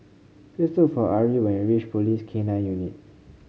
please look for Arie when you reach Police K Nine Unit